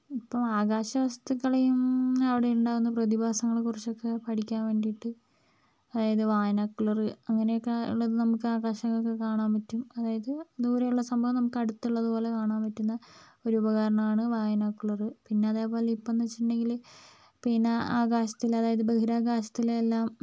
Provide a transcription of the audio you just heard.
ഇപ്പോൾ ആകാശവസ്തുക്കളെയും അവിടെയുണ്ടാകുന്ന പ്രതിഭാസങ്ങളെയും കുറിച്ചൊക്കെ പഠിക്കാൻ വേണ്ടിയിട്ട് അതായത് ബൈനോക്കുലർ അങ്ങനൊക്കെയുള്ള നമുക്ക് ആകാശങ്ങളൊക്കെ കാണാൻ പറ്റും അതായത് ദൂരെയുള്ള സംഭവം നമുക്ക് അടുത്തുള്ളതുപോലെ കാണാൻ പറ്റുന്ന ഒരു ഉപകരണമാണ് ബൈനോക്കുലർ പിന്നെ അതേപോലെ ഇപ്പോഴെന്ന് വെച്ചിട്ടുണ്ടെങ്കില് പിന്നെ ആകാശത്തിലെ അതായത് ബഹിരാകാശത്തിലെ എല്ലാം